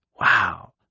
wow